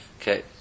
Okay